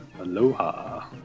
Aloha